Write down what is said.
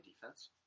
defense